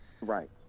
Right